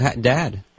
Dad